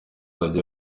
hazajya